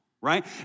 right